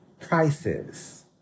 prices